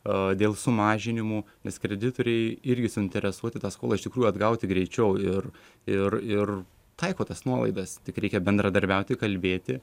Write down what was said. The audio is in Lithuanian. dėl sumažinimų nes kreditoriai irgi suinteresuoti tą skolą iš tikrųjų atgauti greičiau ir ir ir taiko tas nuolaidas tik reikia bendradarbiauti kalbėti